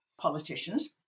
politicians